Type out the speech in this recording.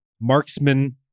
marksman